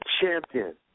champion